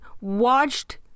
watched